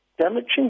damaging